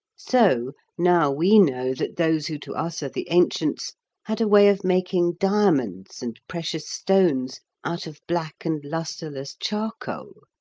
so now we know that those who to us are the ancients had a way of making diamonds and precious stones out of black and lustreless charcoal,